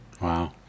Wow